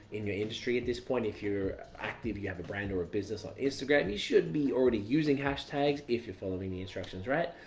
in your industry. at this point, if you're active, you have a brand or a business on instagram. you should be already using hashtags if you're following the instructions right.